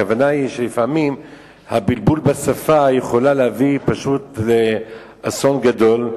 הכוונה היא שלפעמים הבלבול בשפה יכול להביא פשוט לאסון גדול,